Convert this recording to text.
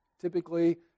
Typically